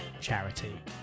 charity